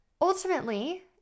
ultimately